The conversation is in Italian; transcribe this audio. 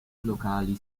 locali